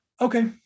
Okay